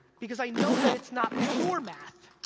because i know that it's not pure math,